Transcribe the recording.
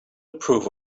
approve